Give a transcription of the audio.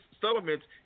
settlements